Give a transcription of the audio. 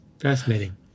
Fascinating